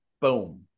Boom